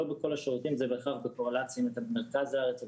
לא בכל השירותים זה בהכרח בקורלציה אם זה במרכז הארץ או